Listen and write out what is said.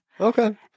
Okay